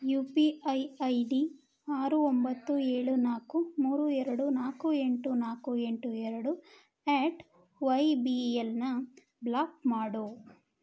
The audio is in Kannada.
you P I I D ಆರು ಒಂಬತ್ತು ಏಳು ನಾಲ್ಕು ಮೂರು ಎರಡು ನಾಲ್ಕು ಎಂಟು ನಾಲ್ಕು ಎಂಟು ಎರಡು ಎಟ್ ವೈ ಬಿ ಎಲ್ನ ಬ್ಲಾಕ್ ಮಾಡು